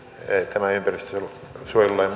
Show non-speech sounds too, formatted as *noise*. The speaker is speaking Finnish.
tämä ympäristönsuojelulain *unintelligible*